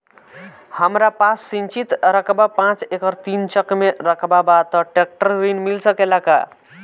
हमरा पास सिंचित रकबा पांच एकड़ तीन चक में रकबा बा त ट्रेक्टर ऋण मिल सकेला का?